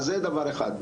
אז זה דבר אחד.